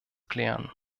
klären